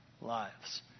lives